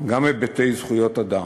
גם היבטי זכויות אדם.